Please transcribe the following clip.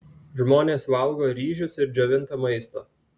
žmonės valgo ryžius ir džiovintą maistą